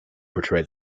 portray